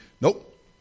Nope